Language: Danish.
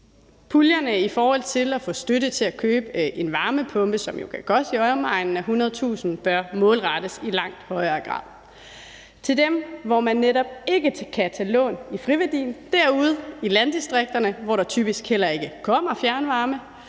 Puljerne i forhold til at få støtte til at købe en varmepumpe, som jo kan koste i omegnen af 100.000 kr., bør målrettes i langt højere grad til dem, hvor man netop ikke kan tage lån i friværdien, derude i landdistrikterne, hvor der typisk heller ikke kommer fjernvarme,